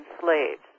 slaves